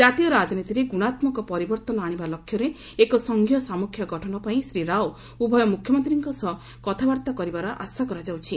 ଜାତୀୟ ରାଜନୀତିରେ ଗୁଣାତ୍ମକ ପରିବର୍ତ୍ତନ ଆଣିବା ଲକ୍ଷ୍ୟରେ ଏକ ସଂଘୀୟ ସାମ୍ମୁଖ୍ୟ ଗଠନ ପାଇଁ ଶ୍ରୀ ରାଓ ଉଭୟ ମୁଖ୍ୟମନ୍ତ୍ରୀଙ୍କ ସହ କଥାବାର୍ତ୍ତା କରିବାର ଆଶା କରାଯାଉଛି